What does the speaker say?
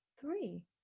three